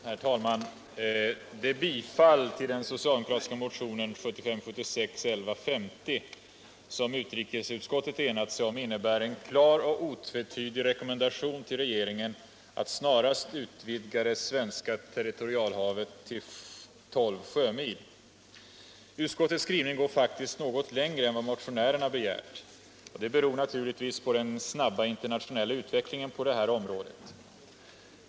Herr talman! Det bifall till den socialdemokratiska motionen 1975/76:1150 som utrikesutskottet har enat sig om innebär en klar och otvetydig rekommendation till regeringen att snarast utvidga det svenska territorialhavet till tolv sjömil. Utskottets skrivning går faktiskt något längre än vad motionärerna har begärt. Det beror naturligtvis på den snabba internationella utvecklingen på det här området.